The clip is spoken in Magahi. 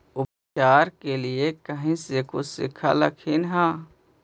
उपचार के लीये कहीं से कुछ सिखलखिन हा?